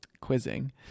Quizzing